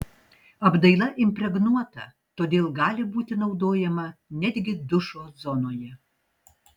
apdaila impregnuota todėl gali būti naudojama netgi dušo zonoje